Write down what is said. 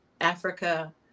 Africa